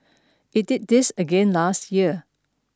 it did this again last year